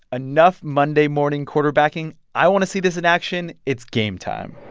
enough monday-morning quarterbacking, i want to see this in action. it's game time